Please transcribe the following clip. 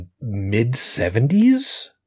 mid-70s